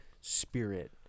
spirit